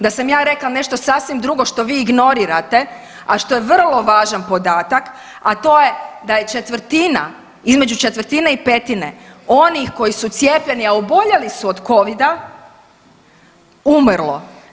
Da sam ja rekla nešto sasvim drugo što vi ignorirate, a što je vrlo važan podatak, a to je da je četvrtina, između četvrtine i petine oni koji su cijepljeni, a oboljeli su od covida umrlo.